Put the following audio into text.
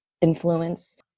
influence